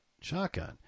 shotgun